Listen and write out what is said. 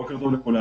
בוקר טוב לכולם.